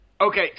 Okay